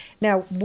Now